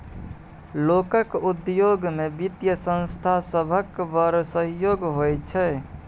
लोकक उद्योग मे बित्तीय संस्था सभक बड़ सहयोग होइ छै